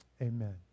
Amen